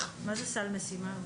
מה זה סל משימה?